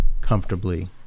comfortably